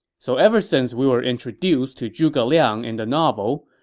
so ever since we were introduced to zhuge liang in the novel,